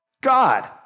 God